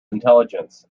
intelligence